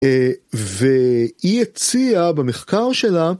והיא הציעה במחקר שלה.